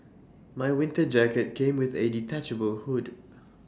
my winter jacket came with A detachable hood